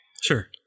Sure